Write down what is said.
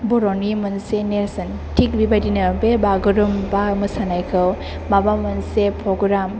बर'नि मोनसे नेरसोन थिक बेबायदिनो बे बागुरुमबा मोसानायखौ माबा मोनसे पग्राम